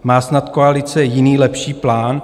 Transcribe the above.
Má snad koalice jiný lepší plán?